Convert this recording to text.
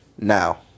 Now